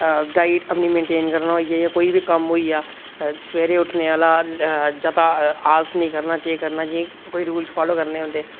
diet अपनी maintain करना होई जां कोई बी कम्म होई गेआ जां सबेरे उट्ठने आह्ला ज्यादा आलस नेईं करना एह् नेईं करना जि'यां कोई रूलस फालो करने होंदे